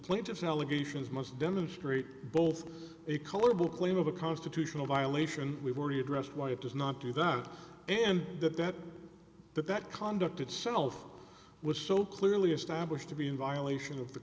plaintiffs allegations must demonstrate both a colorable claim of a constitutional violation we've already addressed why it does not do that and that that that that conduct itself was so clearly established to be in violation of the